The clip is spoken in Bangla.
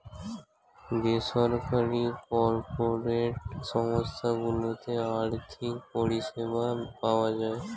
বেসরকারি কর্পোরেট সংস্থা গুলোতে আর্থিক পরিষেবা পাওয়া যায়